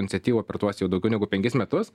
iniciatyvų per tuos jau daugiau negu penkis metus